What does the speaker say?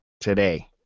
today